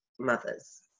mothers